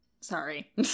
Sorry